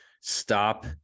stop